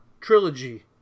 Trilogy